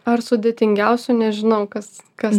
ar sudėtingiausia nežinau kas kas